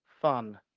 fun